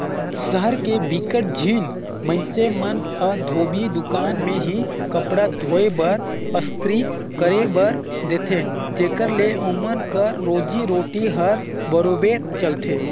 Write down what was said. सहर के बिकट झिन मइनसे मन ह धोबी दुकान में ही कपड़ा धोए बर, अस्तरी करे बर देथे जेखर ले ओमन कर रोजी रोटी हर बरोबेर चलथे